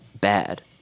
Bad